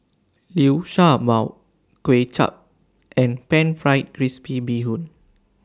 Liu Sha Bao Kuay Chap and Pan Fried Crispy Bee Hoon